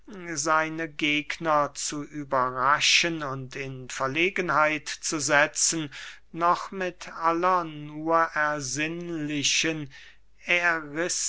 seine gegner zu überraschen und in verlegenheit zu setzen noch mit aller nur